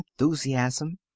enthusiasm